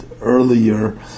earlier